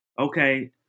okay